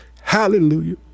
Hallelujah